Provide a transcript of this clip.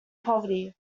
poverty